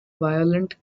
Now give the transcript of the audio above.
violent